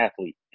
athlete